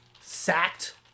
sacked